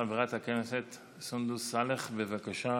חברת הכנסת סונדוס סאלח, בבקשה.